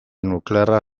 nuklearra